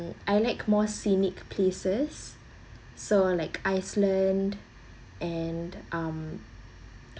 I like more scenic places so like iceland and um